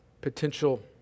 potential